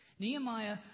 Nehemiah